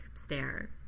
stare